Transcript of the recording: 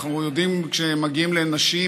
אנחנו יודעים שכשמגיעים לנשים,